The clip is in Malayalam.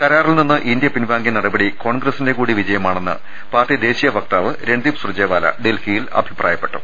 കരാറിൽ നിന്ന് ഇന്ത്യ പിൻവാങ്ങിയ നടപടി കോൺഗ്രസിന്റെ കൂടി വിജയമാണെന്ന് പാർട്ടി ദേശീയ വക്താവ് രൺദീപ് സൂർജെ വാല ഡൽഹിയിൽ അഭിപ്രായപ്പെട്ടു